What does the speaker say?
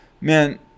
Man